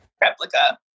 replica